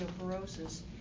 osteoporosis